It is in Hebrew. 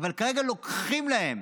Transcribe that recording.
אבל כרגע לוקחים להם.